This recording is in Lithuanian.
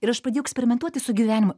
ir aš pradėjau eksperimentuoti su gyvenimu